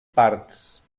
parts